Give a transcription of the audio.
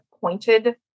pointed